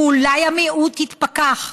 אולי המיעוט יתפכח,